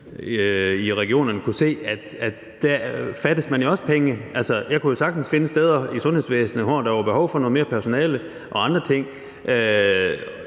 i regionerne kunnet se, at der fattes man også penge. Jeg kunne jo sagtens finde steder i sundhedsvæsenet, hvor der var behov for noget mere personale og andre ting.